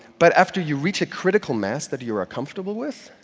but after you reach a critical mass that you're comfortable with,